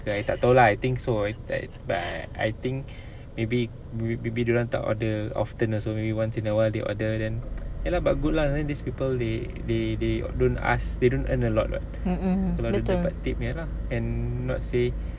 mm mm betul